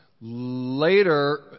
later